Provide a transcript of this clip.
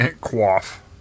Quaff